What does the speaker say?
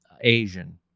Asian